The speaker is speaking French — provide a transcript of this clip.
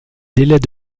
délais